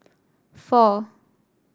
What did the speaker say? four